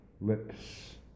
lips